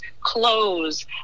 clothes